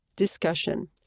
discussion